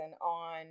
on